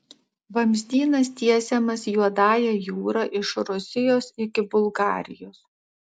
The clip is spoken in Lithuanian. vamzdynas tiesiamas juodąja jūra iš rusijos iki bulgarijos